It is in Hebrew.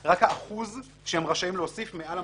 האחוז שהם רשאים להוסיף מעל המכסה.